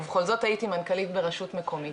ובכל זאת הייתי מנכ"לית ברשות מקומית.